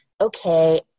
okay